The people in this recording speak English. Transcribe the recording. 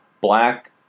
Black